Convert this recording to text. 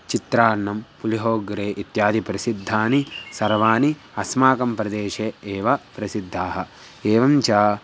चित्रान्नं पुलिहोग्रे इत्यादि प्रसिद्धानि सर्वाणि अस्माकं प्रदेशे एव प्रसिद्धाः एवञ्च